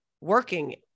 working